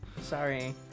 Sorry